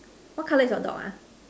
what colour is your dog ah